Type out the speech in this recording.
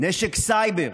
נשק סייבר